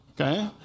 Okay